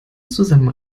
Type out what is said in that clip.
zusammen